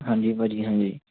ਹਾਂਜੀ ਭਾਅ ਜੀ ਹਾਂਜੀ